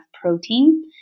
protein